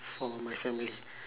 for my family